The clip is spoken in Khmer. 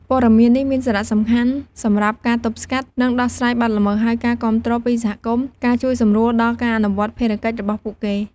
ព័ត៌មាននេះមានសារៈសំខាន់សម្រាប់ការទប់ស្កាត់ និងដោះស្រាយបទល្មើស ហើយការគាំទ្រពីសហគមន៍ ការជួយសម្រួលដល់ការអនុវត្តភារកិច្ចរបស់ពួកគេ។